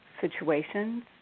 situations